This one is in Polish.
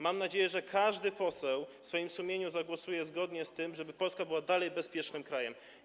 Mam nadzieję, że każdy poseł w swoim sumieniu zagłosuje zgodnie z tym, żeby Polska była dalej bezpiecznym krajem.